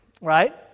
right